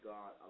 God